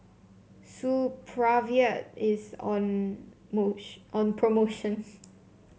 Supravit is on on promotion